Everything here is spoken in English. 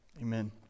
Amen